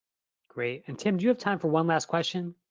great, and tim, do you have time for one last question?